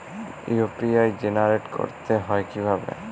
UPI generate করতে হয় কিভাবে?